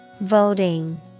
Voting